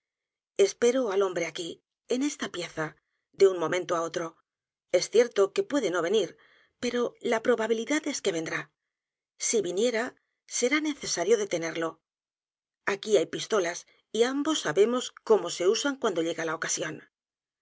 espero al hombre aquí en esta pieza de un momento á otro e s cierto que puede no venir pero la probabilidad es que vendrá si viniera será necesario detenerlo aquí hay p i s t o l a s y ambos sabemos cómo se usan cuando llega la ocasión